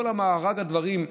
מכל מארג הדברים,